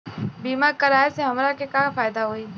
बीमा कराए से हमरा के का फायदा होई?